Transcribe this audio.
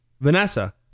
Vanessa